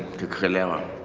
to kill ah